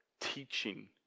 teaching